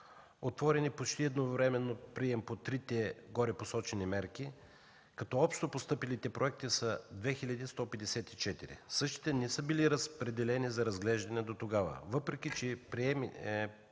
Отворен е почти едновременно прием по трите горепосочени мерки, като общо постъпилите проекти са 2154. Същите не са били разпределени за разглеждане дотогава. Въпреки че приемите